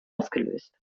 ausgelöst